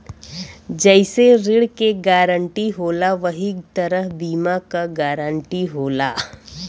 जइसे ऋण के गारंटी होला वही तरह बीमा क गारंटी होला